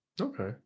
Okay